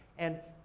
and,